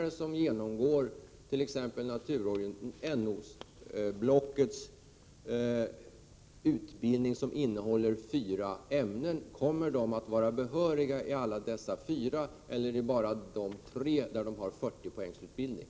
Kommer de lärare som genomgår t.ex. NO-blockets utbildning, som innehåller fyra ämnen, att vara behöriga i alla dessa fyra ämnen eller bara i de tre där de har 40 poängs utbildning?